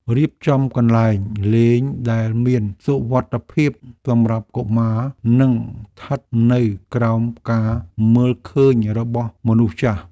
រៀបចំកន្លែងលេងដែលមានសុវត្ថិភាពសម្រាប់កុមារនិងស្ថិតនៅក្រោមការមើលឃើញរបស់មនុស្សចាស់។